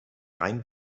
rein